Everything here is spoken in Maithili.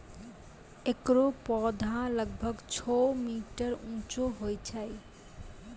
एकरो पौधा लगभग छो मीटर उच्चो होय छै